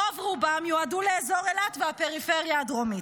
רוב-רובם יועדו לאזור אילת והפריפריה הדרומית,